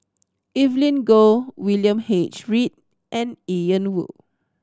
Evelyn Goh William H Read and Ian Woo